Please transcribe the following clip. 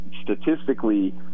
statistically –